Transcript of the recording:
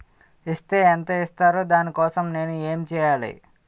Is తే ఎంత ఇస్తారు దాని కోసం నేను ఎంచ్యేయాలి?